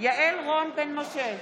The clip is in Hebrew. יעל רון בן משה,